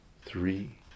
three